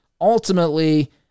ultimately